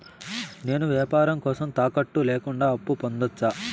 నేను వ్యాపారం కోసం తాకట్టు లేకుండా అప్పు పొందొచ్చా?